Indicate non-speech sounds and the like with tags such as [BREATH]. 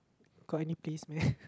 got any taste meh [BREATH]